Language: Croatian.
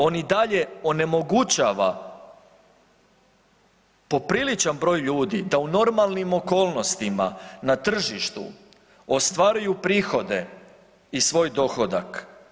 On i dalje onemogućava popriličan broj ljudi da u normalnom okolnostima na tržištu ostvaruju prihode i svoj dohodak.